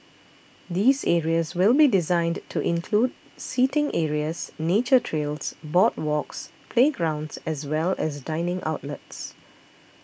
these areas will be designed to include seating areas nature trails boardwalks playgrounds as well as dining outlets